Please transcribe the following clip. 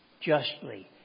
justly